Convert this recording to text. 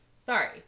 Sorry